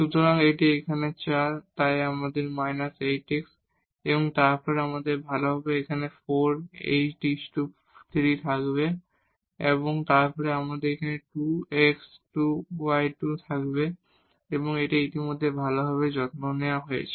সুতরাং এখানে এটি 4 তাই −8 x তারপর আমাদের এখানে 8 x3 থাকবে এবং তারপরে আমাদের এই 2 x2y2 থাকবে এবং এটি ইতিমধ্যে ভালভাবে যত্ন নেওয়া হয়েছে